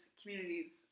communities